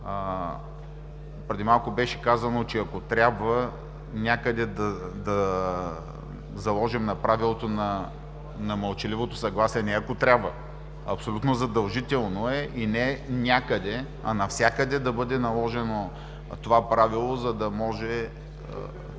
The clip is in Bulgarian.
Преди малко беше казано – ако трябва, някъде да заложим на правилото на мълчаливото съгласие. Не „ако трябва“ – абсолютно задължително е, и не „някъде“, а навсякъде то да бъде наложено. Дори само това нещо